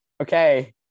Okay